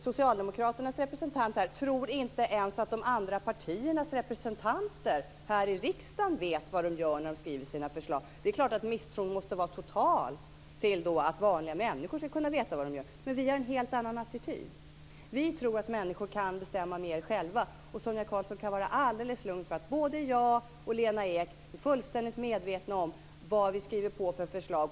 Socialdemokraternas representant här tror inte ens att de andra partiernas representanter här i riksdagen vet vad de gör när de skriver sina förslag. Det är klart att misstron då måste vara total mot att vanliga människor ska kunna veta vad de gör. Men vi har en helt annan attityd. Vi tror att människor kan bestämma mer själva. Sonia Karlsson kan vara alldeles lugn. Både Lena Ek och jag är fullständigt medvetna om vilka förslag vi skriver på.